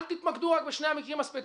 אל תתמקדו רק בשני המקרים הספציפיים.